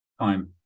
time